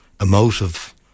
emotive